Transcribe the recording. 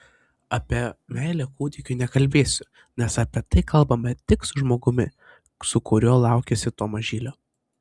apie meilę kūdikiui nekalbėsiu nes apie tai kalbama tik su žmogumi su kuriuo laukiesi to mažylio